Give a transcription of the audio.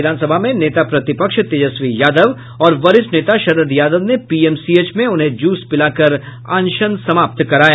विधानसभा में नेता प्रतिपक्ष तेजस्वी यादव और वरिष्ठ नेता शरद यादव ने पीएमसीएच में उन्हें जूस पिलाकर अनशन समाप्त कराया